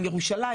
עם ירושלים,